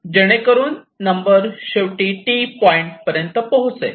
जेणेकरून नंबर शेवटी T point पर्यंत पोहोचले